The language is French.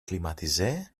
climatisée